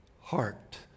heart